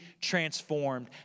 transformed